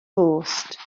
bost